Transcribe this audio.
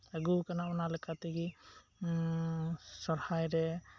ᱟᱹᱜᱩ ᱟᱠᱟᱱᱟ ᱚᱱᱟᱞᱮᱠᱟ ᱛᱮᱜᱮ ᱥᱚᱨᱦᱟᱭ ᱨᱮ